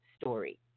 story